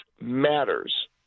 matters